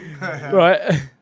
Right